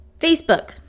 facebook